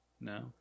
No